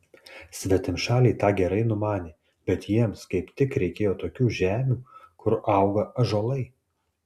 svetimšaliai tą gerai numanė bet jiems kaip tik reikėjo tokių žemių kur auga ąžuolai